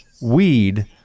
weed